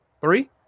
three